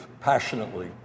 passionately